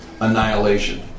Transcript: annihilation